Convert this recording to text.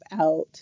out